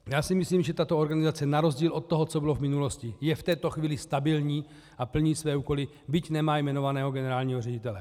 Já si myslím, že tato organizace na rozdíl od toho, co bylo v minulosti, je v této chvíli stabilní a plní své úkoly, byť nemá jmenovaného generálního ředitele.